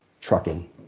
trucking